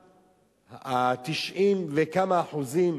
שאותם 90 וכמה אחוזים,